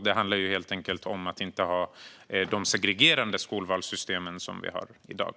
Det handlar helt enkelt om att inte ha de segregerande skolvalssystem som vi har i dag.